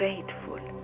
Grateful